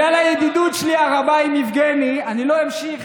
בגלל הידידות הרבה שלי עם יבגני, לא אמשיך